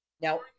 Now